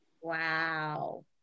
Wow